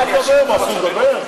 מה, אסור לדבר?